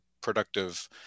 productive